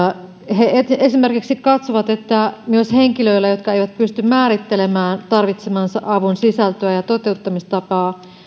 he katsovat esimerkiksi että myös henkilöillä jotka eivät pysty määrittelemään tarvitsemansa avun sisältöä ja toteuttamistapaa